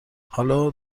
حالا